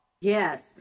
Yes